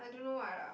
I don't know what ah